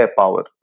power